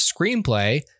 screenplay